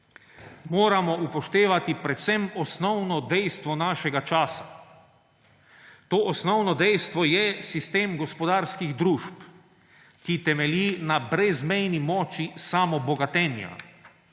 Levice, upoštevati predvsem osnovno dejstvo našega časa. To osnovno dejstvo je sistem gospodarskih družb, ki temelji na brezmejni moči samobogatenja.